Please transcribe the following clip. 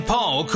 Paul